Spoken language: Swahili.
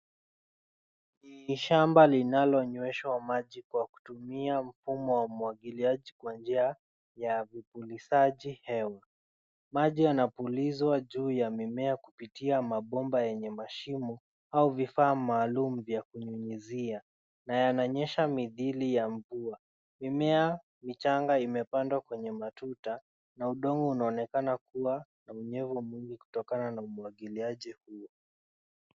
Ni shamba linalonyweshwa maji kwa kutumia mfumo wa umwagiliaji kwa njia ya vipulizaji hewa. Maji yanapulizwa juu ya mimea kupitia mabomba yenye mashimo au vifaa maalum vya kunyunyizia, na yananyesha mithili ya mvua. Mimea michanga imepandwa kwenye matuta na udongo unaonekana kuwa na unyevu mwingi kutokana na umwagiliaji huu.